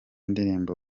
ndirimbo